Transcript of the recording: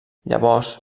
llavors